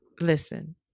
Listen